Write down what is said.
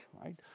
right